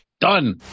Done